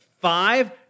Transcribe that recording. five